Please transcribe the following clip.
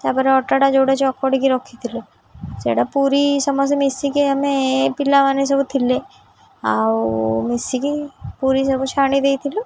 ତା'ପରେ ଅଟାଟା ଯେଉଁଟା ଚକଡ଼ିକି ରଖିଥିଲୁ ସେଇଟା ପୁରୀ ସମସ୍ତେ ମିଶିକି ଆମେ ପିଲାମାନେ ସବୁ ଥିଲେ ଆଉ ମିଶିକି ପୁରୀ ସବୁ ଛାଣି ଦେଇଥିଲୁ